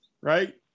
Right